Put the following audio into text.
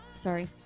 Sorry